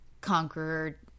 conqueror